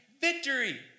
victory